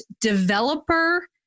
developer